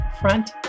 Front